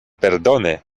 perdone